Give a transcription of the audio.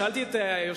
שאלתי את היושב-ראש,